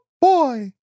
boy